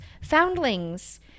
foundlings